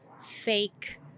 fake